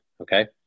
okay